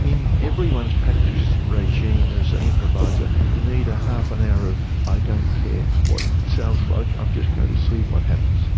in everyone's practice regime as an improviser, you need a half an hour of i don't care what it sounds like, i'm just going to see what happens'